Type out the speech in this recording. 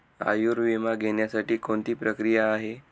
आयुर्विमा घेण्यासाठी कोणती प्रक्रिया आहे?